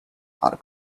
are